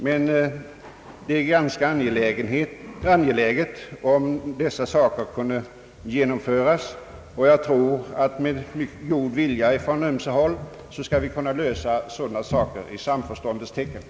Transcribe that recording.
Men det är ganska angeläget att de här sakerna genomföres, och jag tror att vi med god vilja från ömse håll skall kunna lösa problemen i samförståndets tecken.